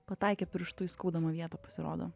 pataikė pirštu į skaudamą vietą pasirodo